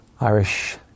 Irish